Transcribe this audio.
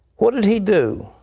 what did he do?